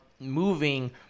moving